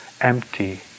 empty